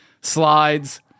slides